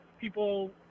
people